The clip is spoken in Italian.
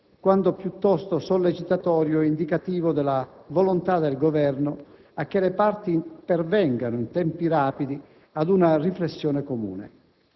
quanto piuttosto sollecitatorio ed indicativo della volontà del Governo a che le parti pervengano in tempi rapidi ad una riflessione comune.